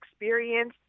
experience